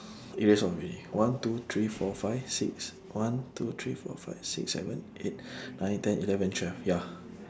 erase off already one two three four five six one two three four five six seven eight nine ten eleven twelve ya